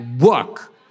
work